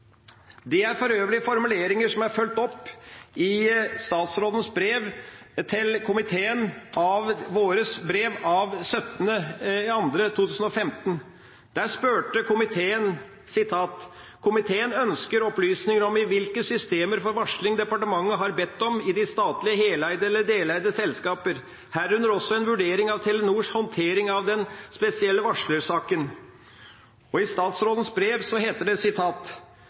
Det er for øvrig formuleringer som er fulgt opp i statsrådens svarbrev til komiteen av vårt brev av 17. februar 2015. Der spurte komiteen: «Komiteen ønsker opplysninger om hvilke systemer for varsling departementet har bedt om i de statlige heleide og deleide selskaper. Herunder også en vurdering av Telenors håndtering av denne spesielle varslersaken.» I statsrådens brev heter det: